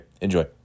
enjoy